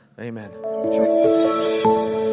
amen